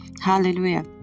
Hallelujah